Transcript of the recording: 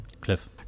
Cliff